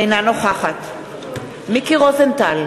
אינה נוכחת מיקי רוזנטל,